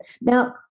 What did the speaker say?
Now